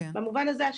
במובן הזה,